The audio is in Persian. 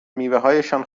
میوههایشان